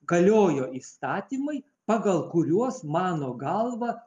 galiojo įstatymai pagal kuriuos mano galva